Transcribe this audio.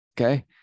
okay